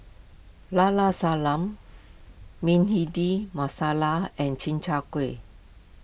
Llao Llao Sanum Bhindi Masala and Chi Kak Kuih